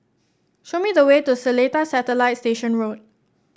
show me the way to Seletar Satellite Station Road